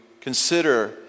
consider